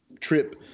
trip